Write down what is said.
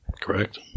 Correct